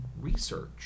research